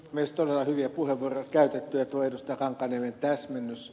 todella hyviä puheenvuoroja on käytetty ja tuo ed